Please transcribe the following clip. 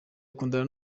akundana